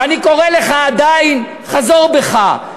ואני קורא לך עדיין: חזור בך.